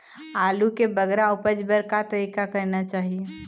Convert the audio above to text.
आलू के बगरा उपज बर का तरीका करना चाही?